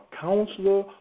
counselor